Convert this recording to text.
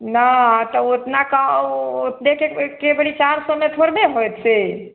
नहि तऽ ओतना कऽ ओ एके बेरी चारि सए मे थोड़बे होएत से